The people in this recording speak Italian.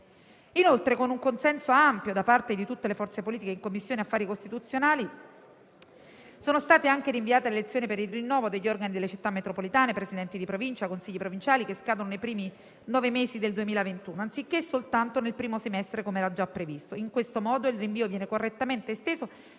Inoltre, con un consenso ampio da parte di tutte le forze politiche in Commissione affari costituzionali, sono state anche rinviate le elezioni per il rinnovo degli organi delle Città metropolitane, per i Presidenti di Provincia e per i Consigli provinciali che scadono nei primi nove mesi del 2021, anziché soltanto nel primo semestre, come era già previsto. In questo modo il rinvio viene correttamente esteso